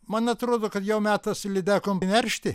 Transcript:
man atrodo kad jau metas lydekom neršti